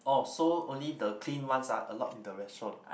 uh so only the clean ones are allowed in the restaurant